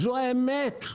זו האמת.